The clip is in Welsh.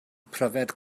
pryfed